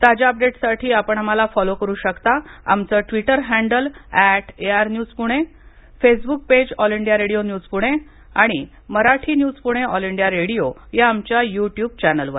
ताज्या अपडेट्ससाठी आपण आम्हाला फॉलो करु शकता आमचं Twitter handle at AIR news Pune Facebook page all India radio news Pune आणि Marathi news Pune all India radio या आमच्या युट्युब चॅनेलवर